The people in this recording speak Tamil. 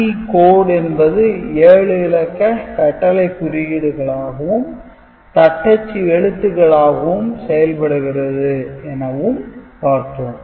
ASCII Code என்பது 7 இலக்க கட்டளை குறியீடுகளாகவும் தட்டச்சு எழுத்துக்களாகவும் செயல்படுகிறது எனவும் பார்த்தோம்